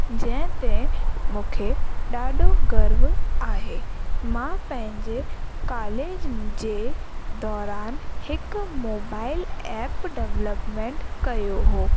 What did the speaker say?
जंहिं ते मूंखे ॾाढो गर्व आहे मां पंहिंजे कालेज जे दौरान हिकु मोबाइल ऐप डवलपमेंट कयो हो